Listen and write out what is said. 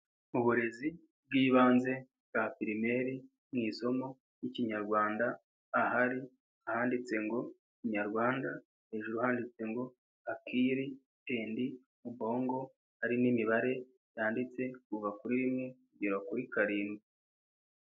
Mu burezi bw'ibanze bwa pirimeri mu isomo ry'ikinyarwanda, ahari ahanditse ngo: "Kinyarwanda", hejuru handitswe ngo "Akire endi ubongo", hari n'imibare yanditse kuva kuri rimwe kugera kuri karindwi.